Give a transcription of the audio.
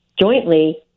jointly